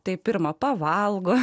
tai pirma pavalgo